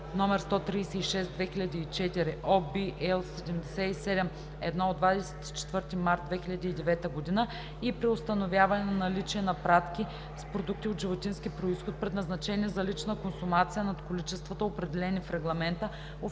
№ 136/2004 (OB, L 77/1 от 24 март 2009 г.) и при установяване на наличие на пратки с продукти от животински произход, предназначени за лична консумация, над количествата, определени в регламента,